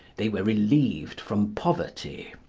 they were relieved from poverty.